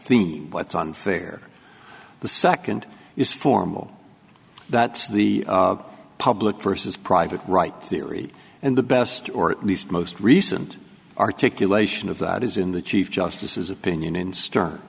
theme what's unfair the second is formal that's the public versus private right theory and the best or at least most recent articulation of that is in the chief justice's opinion in st